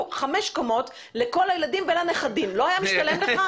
חמש קומות לכל הילדים והנכדים זה לא היה משתלם לך?